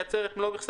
לי יש מלאי של